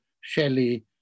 Shelley